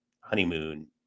honeymoon